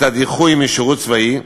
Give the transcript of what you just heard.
את הדיחוי של שירות צבאי.